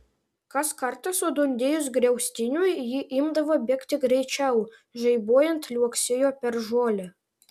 kas kartą sudundėjus griaustiniui ji imdavo bėgti greičiau žaibuojant liuoksėjo per žolę